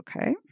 Okay